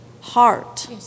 heart